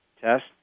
test